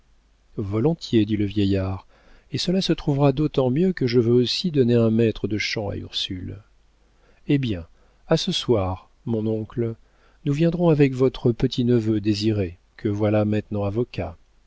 dit le vieillard et cela se trouvera d'autant mieux que je veux aussi donner un maître de chant à ursule eh bien à ce soir mon oncle nous viendrons avec votre petit-neveu désiré que voilà maintenant avocat